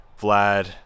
Vlad